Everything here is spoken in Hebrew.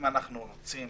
אם אנחנו רוצים